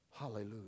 Hallelujah